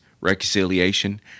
reconciliation